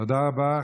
תודה רבה.